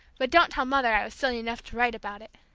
but don't tell mother i was silly enough to write about it!